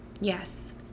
Yes